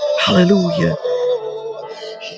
hallelujah